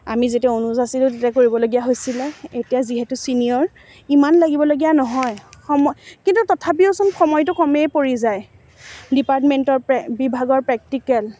আমি যেতিয়া অনুজ আছিলোঁ তেতিয়া কৰিবলগীয়া হৈছিলে এতিয়া যিহেতু ছিনিয়ৰ ইমান লাগিবলগীয়া নহয় সময় কিন্তু তথাপিওচোন সময়টো কমেই পৰি যায় ডিপাৰ্টমেণ্টৰ প্ৰে বিভাগৰ প্ৰেক্টিকেল